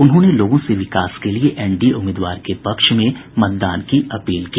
उन्होंने लोगों से विकास के लिए एनडीए उम्मीदवार के पक्ष में मतदान की अपील की